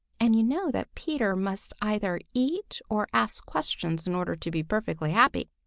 and you know that peter must either eat or ask questions in order to be perfectly happy.